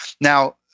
now